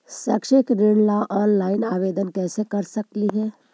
शैक्षिक ऋण ला ऑनलाइन आवेदन कैसे कर सकली हे?